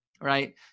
right